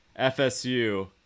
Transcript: FSU